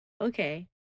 Okay